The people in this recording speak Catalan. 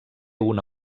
una